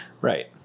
Right